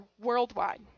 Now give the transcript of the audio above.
worldwide